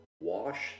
Wash